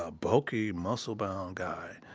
ah bulky, muscle-bound guy,